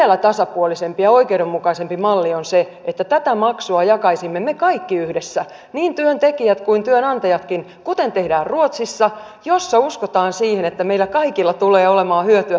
vielä tasapuolisempi ja oikeudenmukaisempi malli on se että tätä maksua jakaisimme me kaikki yhdessä niin työntekijät kuin työnantajatkin kuten tehdään ruotsissa missä uskotaan siihen että meille kaikille tulee olemaan hyötyä tulevista vauvoista